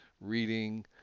reading